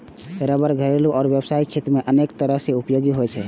रबड़ घरेलू आ व्यावसायिक क्षेत्र मे अनेक तरह सं उपयोगी होइ छै